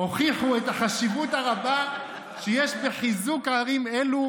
הוכיחו את החשיבות הרבה שיש בחיזוק ערים אלו